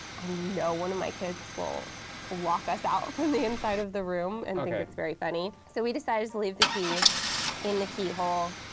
know one of my kids will lock us out from the inside of the room and think it's very funny, so we decided to leave the key in the keyhole.